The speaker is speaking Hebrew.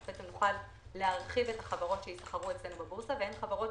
ונוכל להרחיב את החברות שיסחרו אצלנו בבורסה והן חברות